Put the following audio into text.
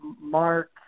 Mark